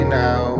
now